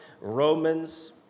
Romans